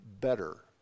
better